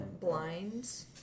blinds